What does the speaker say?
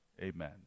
amen